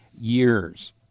years